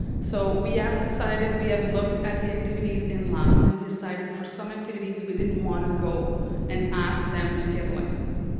so we have decided we have looked at the activities and labs and decided for some activities we didn't want to go and ask them to get a license.